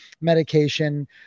medication